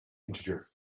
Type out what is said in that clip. integer